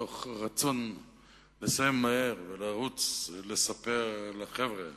מתוך רצון לסיים מהר ולרוץ לספר לחבר'ה,